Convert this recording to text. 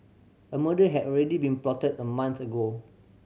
a murder had already been plotted a month ago